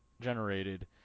generated